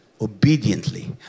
obediently